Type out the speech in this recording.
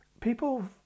people